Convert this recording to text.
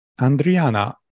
Andriana